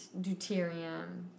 deuterium